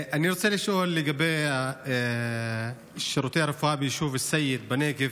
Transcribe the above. אני רוצה לשאול לגבי שירותי הרפואה ביישוב א-סייד בנגב.